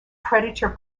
predator